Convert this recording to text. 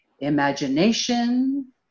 imagination